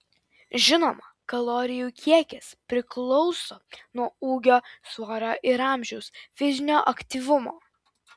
žinoma kalorijų kiekis priklauso nuo ūgio svorio ir amžiaus fizinio aktyvumo